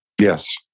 yes